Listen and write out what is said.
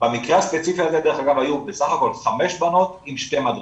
במקרה הספציפי הזה דרך אגב היו בסך הכל חמש בנות עם שתי מדריכות.